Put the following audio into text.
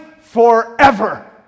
forever